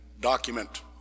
document